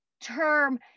term